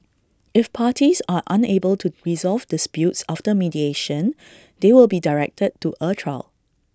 if parties are unable to resolve disputes after mediation they will be directed to A trial